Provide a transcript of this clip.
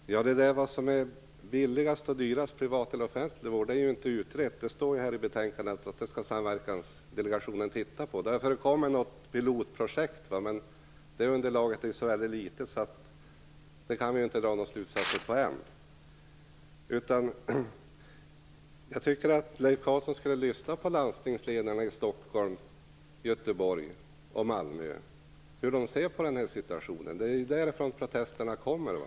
Fru talman! Det är inte utrett vilket som är billigast, privat eller offentlig vård. Det står i betänkandet att samverkansdelegationen skall se på det. Det har gjorts ett pilotprojekt, men underlaget är så litet att vi inte kan dra några slutsatser av det ännu. Leif Carlson borde lyssna på hur landstingsledarna i Stockholm, Göteborg och Malmö ser på situationen. Det är därifrån protesterna kommer.